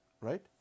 right